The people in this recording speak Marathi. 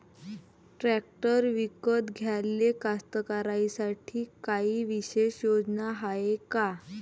ट्रॅक्टर विकत घ्याले कास्तकाराइसाठी कायी विशेष योजना हाय का?